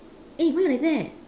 eh why you like that